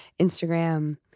Instagram